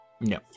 No